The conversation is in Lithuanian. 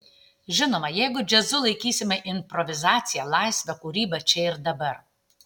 žinoma jeigu džiazu laikysime improvizaciją laisvę kūrybą čia ir dabar